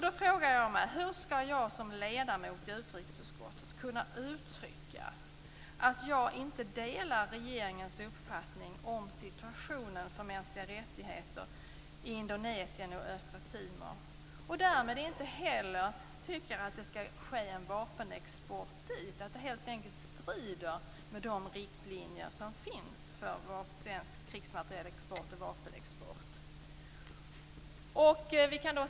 Då frågar jag mig: Hur skall jag som ledamot i utrikesutskottet kunna uttrycka att jag inte delar regeringens uppfattning om situationen för mänskliga rättigheter i Östra Timor och därmed inte heller tycker att det skall ske en vapenexport dit, att det helt enkelt strider mot de riktlinjer som finns för svensk krigsmaterielexport och vapenexport.